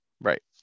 Right